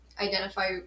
identify